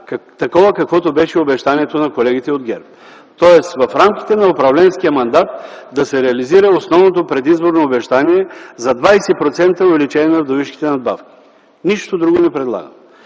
40%, каквото беше обещанието на колегите от ГЕРБ. Тоест в рамките на управленския мандат да се реализира основното предизборно обещание за 20% увеличение на вдовишките надбавки. Нищо друго не предлагам.